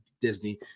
Disney